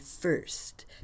first